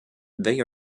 they